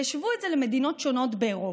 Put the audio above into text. והשוו את זה למקומות שונים באירופה.